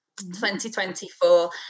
2024